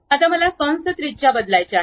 आता मला कंस त्रिज्या बदलायच्या आहेत